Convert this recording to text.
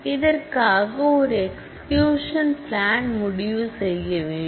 இதற்காக ஒரு execution plan முடிவு செய்ய வேண்டும்